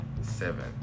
seven